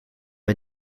het